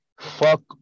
fuck